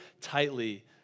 tightly